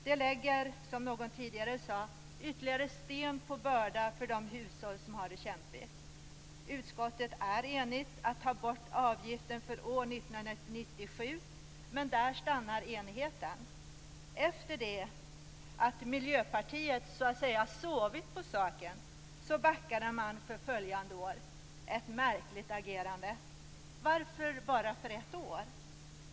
Det lägger, som någon tidigare sade, ytterligare sten på börda för de hushåll som har det kämpigt. Utskottet är enigt om att ta bort avgiften för år 1997, men där stannar enigheten. Efter det att Miljöpartiet så att säga sovit på saken backade man för följande år. Ett märkligt agerande! Varför bara för ett år?